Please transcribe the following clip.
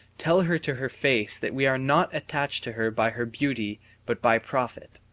tell her to her face that we are not attached to her by her beauty but by profit.